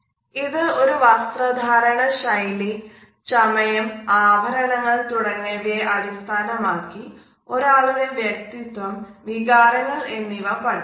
ഇത് ഒരാളുടെ വസ്ത്രധാരണ ശൈലി ചമയo ആഭരണങ്ങൾ തുടങ്ങിയവയെ അടിസ്ഥാനമാക്കി ഒരാളുടെ വ്യക്തിത്വം വികാരങ്ങൾ എന്നിവ പഠിക്കുന്നു